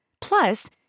Plus